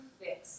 fix